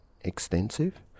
extensive